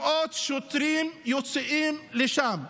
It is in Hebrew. מאות שוטרים יוצאים לשם.